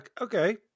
Okay